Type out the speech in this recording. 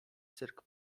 cyrk